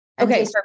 Okay